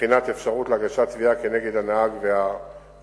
לבחינת אפשרות להגשת תביעה נגד הנהג והחברה.